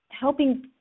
helping